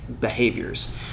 behaviors